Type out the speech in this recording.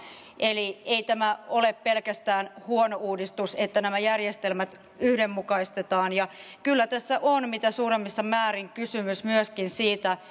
eli ei tämä ole pelkästään huono uudistus että nämä järjestelmät yhdenmukaistetaan kyllä tässä on mitä suurimmassa määrin kysymys myöskin siitä